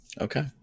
Okay